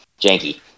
janky